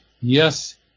Yes